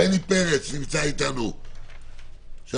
בזמנו היו לנו את אותן תקנות שעת חירום שהיו תיקון לחוק נתוני תקשורת,